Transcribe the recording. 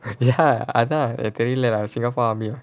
ya I thought I trainer singapore army ah